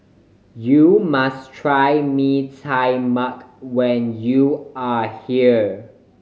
you must try Mee Tai Mak when you are here